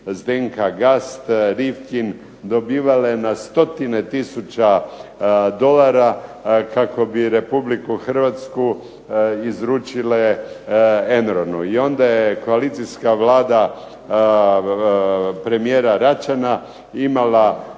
Zdenka Gast, Rifkin, dobivale na stotine tisuća dolara kako bi Republiku Hrvatsku izručile ENORN-u, i onda je koalicijska Vlada premijera Račana imala